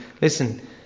listen